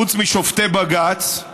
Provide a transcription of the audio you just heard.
חוץ משופטי בג"ץ,